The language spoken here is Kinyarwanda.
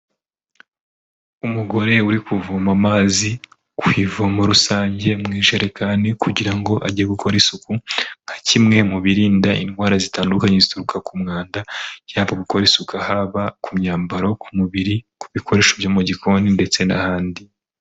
Umugore uri kuvoma amazi ku ivomo rusange mu ijerekani kugira ngo ajye gukora isuku nka kimwe mu birinda indwara zitandukanye zituruka ku mwanda yaba gukora isuka aho aba ku myambaro ku mubiri ku bikoresho byo mu gikoni ndetse n'ahandi.